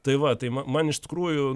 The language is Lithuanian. tai va tai ma man iš tikrųjų